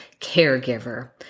Caregiver